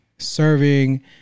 serving